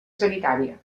sanitària